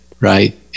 right